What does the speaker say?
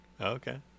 Okay